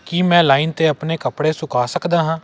ਕੀ ਮੈਂ ਲਾਈਨ 'ਤੇ ਆਪਣੇ ਕੱਪੜੇ ਸੁਕਾ ਸਕਦਾ ਹਾਂ